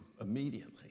immediately